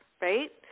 right